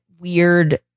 weird